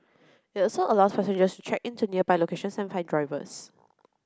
it also allows passengers check in to nearby locations and find drivers